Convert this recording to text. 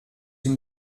and